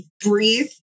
breathe